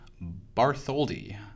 Bartholdi